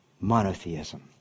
Monotheism